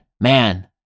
man